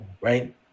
right